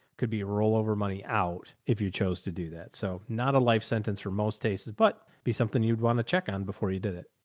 could be a rollover money out if you chose to do that. so not a life sentence for most cases, but be something you'd want to check on before you did it.